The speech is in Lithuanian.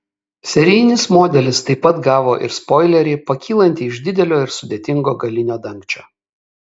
serijinis modelis taip pat gavo ir spoilerį pakylantį iš didelio ir sudėtingo galinio dangčio